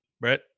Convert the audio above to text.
Brett